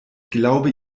glaube